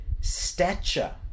stature